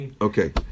Okay